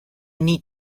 need